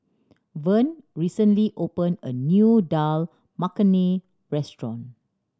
Vern recently opened a new Dal Makhani Restaurant